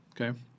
Okay